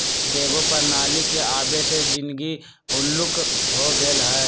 एकेगो प्रणाली के आबे से जीनगी हल्लुक हो गेल हइ